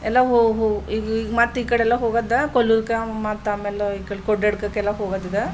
ಎಲ್ಲ ಹೋ ಹೋ ಈ ಈ ಮತ್ತು ಈ ಕಡೆ ಎಲ್ಲ ಹೋಗೋದಾ ಕೊಲ್ಲೂರಿಗೆ ಮತ್ತು ಆಮೇಲೆ ಹೋಗೋದು ಇದು